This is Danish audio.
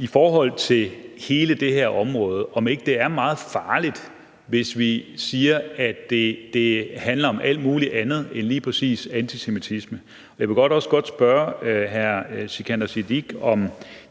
i forhold til hele det her område er meget farligt, hvis vi siger, at det handler om alt muligt andet end lige præcis antisemitisme. Jeg vil også godt spørge hr. Sikandar Siddique, om